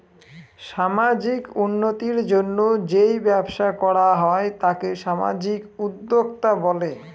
সামাজিক উন্নতির জন্য যেই ব্যবসা করা হয় তাকে সামাজিক উদ্যোক্তা বলে